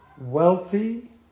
wealthy